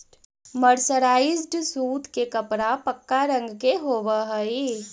mercerised सूत के कपड़ा पक्का रंग के होवऽ हई